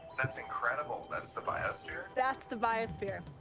that's incredible! that's the biosphere? that's the biosphere.